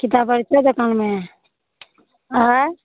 किताब हेतौ दोकानमे आँए